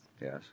Yes